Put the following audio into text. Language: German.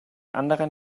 anderen